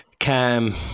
Cam